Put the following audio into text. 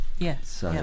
Yes